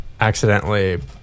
accidentally